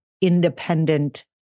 independent